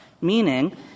meaning